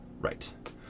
right